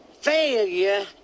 failure